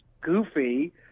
goofy